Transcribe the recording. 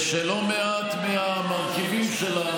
ושלא מעט מהמרכיבים שלה,